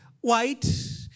white